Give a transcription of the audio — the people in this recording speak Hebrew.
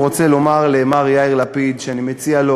רוצה לומר למר יאיר לפיד שאני מציע לו